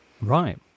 Right